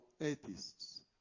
atheists